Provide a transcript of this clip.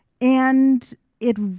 and it,